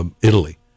Italy